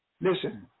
Listen